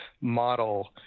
model